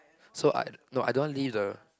so I no I don't want leave the